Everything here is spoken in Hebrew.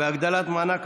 אין מתנגדים, אין נמנעים.